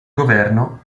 governo